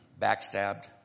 backstabbed